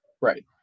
right